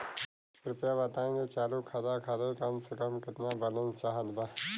कृपया बताई कि चालू खाता खातिर कम से कम केतना बैलैंस चाहत बा